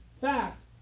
fact